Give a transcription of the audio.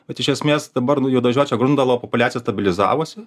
bet iš esmės dabar nu juodažiočio grundalo populiacija stabilizavosi